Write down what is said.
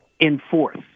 enforce